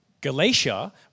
Galatia